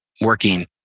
working